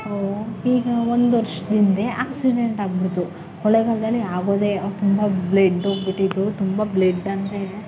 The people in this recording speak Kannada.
ಈಗ ಒಂದು ವರ್ಷದಿಂದೆ ಆ್ಯಕ್ಸಿಡೆಂಟ್ ಆಗ್ಬಿಡ್ತು ಕೊಳ್ಳೆಗಾಲದಲ್ಲಿ ಆಗೋದೆಯ ಅವ್ರು ತುಂಬ ಬ್ಲೆಡ್ ಹೋಗ್ಬಿಟ್ಟಿತು ತುಂಬ ಬ್ಲೆಡ್ ಅಂದರೆ